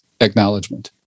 acknowledgement